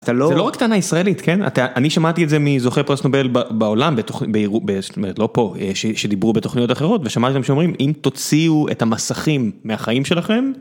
זה לא רק טענה ישראלית, כן? אתה אני שמעתי את זה מזוכה פרס נובל בעולם, זאת אומרת, לא פה, שדיברו בתוכניות אחרות, ושמעתי אותם שאומרים אם תוציאו את המסכים מהחיים שלכם.